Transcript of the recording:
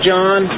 John